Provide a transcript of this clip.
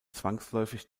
zwangsläufig